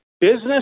business